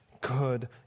good